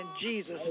Jesus